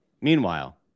Meanwhile